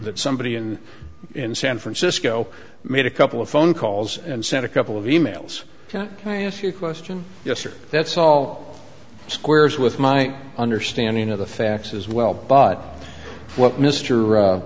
that somebody in in san francisco made a couple of phone calls and sent a couple of e mails can i ask your question yes or that's all squares with my understanding of the facts as well but what mr